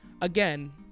again